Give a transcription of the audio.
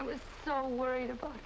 i was so worried about